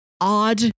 odd